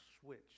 switch